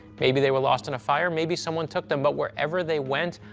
maybe they were lost in a fire, maybe someone took them, but wherever they went,